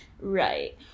Right